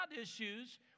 issues